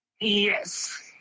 Yes